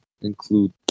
include